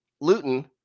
Luton